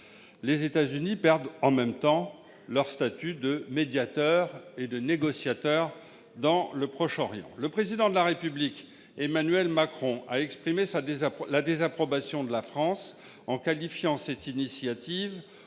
Les États-Unis perdent en même temps leur statut de médiateur au Proche-Orient. Le Président de la République, Emmanuel Macron, a exprimé la désapprobation de la France, en qualifiant cette initiative